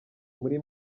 muri